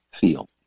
feel